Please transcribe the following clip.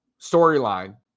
storyline